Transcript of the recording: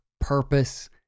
purpose